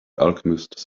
alchemist